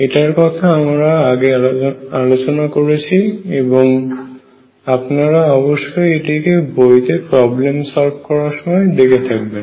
এটার কথা আমরা আগে আলোচনা করেছি এবং আপনারা অবশ্যই এটিকে বইতে প্রবলেম সলভ করার সময় দেখে থাকবেন